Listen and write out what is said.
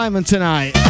Tonight